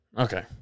okay